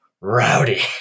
rowdy